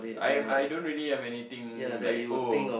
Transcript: I am I don't really have anything like oh